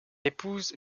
épouse